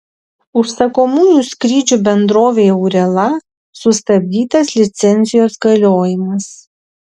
užsakomųjų skrydžių bendrovei aurela sustabdytas licencijos galiojimas